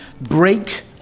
break